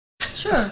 Sure